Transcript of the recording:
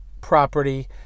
property